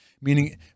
meaning